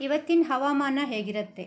ಇವತ್ತಿನ ಹವಾಮಾನ ಹೇಗಿರುತ್ತೆ